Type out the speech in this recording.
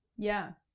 yeah,